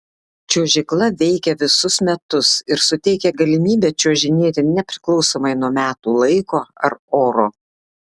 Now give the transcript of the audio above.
čiuožykla veikia visus metus ir suteikia galimybę čiuožinėti nepriklausomai nuo metų laiko ar oro